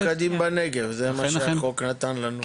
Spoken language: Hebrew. אנחנו ממוקדים בנגב, זה מה שהחוק נתן לנו.